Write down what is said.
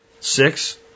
Six